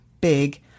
big